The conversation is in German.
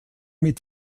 mit